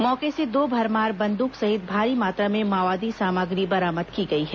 मौके से दो भरमार बंदूक सहित भारी मात्रा में माओवादी सामग्री बरामद की गई है